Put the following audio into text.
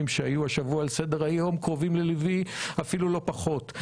שהיו השבוע על סדר היום קרובים ללבי אפילו לא פחות.